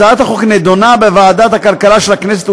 הצעת החוק נדונה בוועדת הכלכלה של הכנסת,